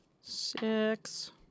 Six